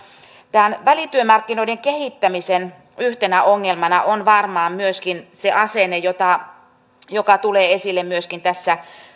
tämän välityömarkkinoiden kehittämisen yhtenä ongelmana on varmaan myöskin se asenne joka tulee esille myöskin tässä